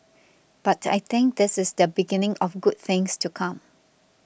but I think this is the beginning of good things to come